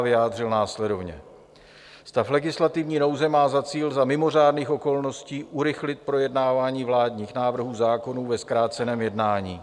vyjádřil následovně: Stav legislativní nouze má za cíl za mimořádných okolností urychlit projednávání vládních návrhů zákonů ve zkráceném jednání.